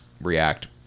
react